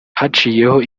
haciyeho